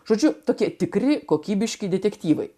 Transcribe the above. žodžiu tokie tikri kokybiški detektyvai